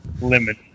Limit